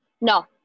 No